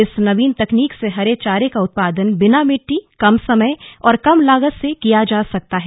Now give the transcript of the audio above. इस नवीन तकनीक से हरे चारे का उत्पादन बिना मिट्टी कम समय और कम लागत से किया जा सकता है